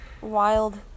Wild